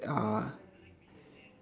uh